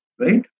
right